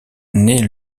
naît